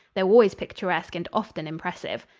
though always picturesque and often impressive.